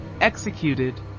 executed